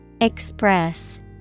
Express